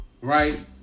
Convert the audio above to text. right